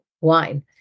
wine